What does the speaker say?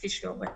כפי שיורה.